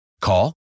call